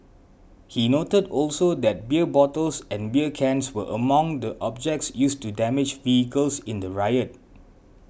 he noted also that beer bottles and beer cans were among the objects used to damage vehicles in the riot